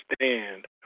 understand